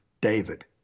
David